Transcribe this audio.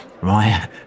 right